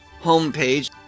homepage